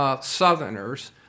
southerners